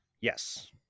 Yes